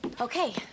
Okay